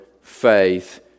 faith